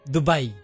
Dubai